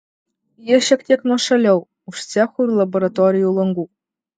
jie šiek tiek nuošaliau už cechų ir laboratorijų langų